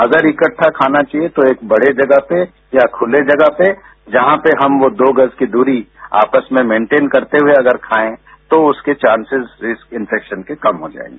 अगर इकट्ठा खाना चाहिए तो एक बड़े जगह पे या खुली जगह पे जहां पे हम दो गज की दूरी आपस में मेंटेन करते हुए अगर खाएं तो उसके चांसेज डिसइन्फेक्शन के कम होते हैं